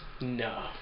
No